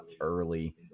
early